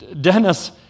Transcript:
Dennis